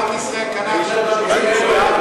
בנק ישראל קנה עכשיו ב-30 מיליארד,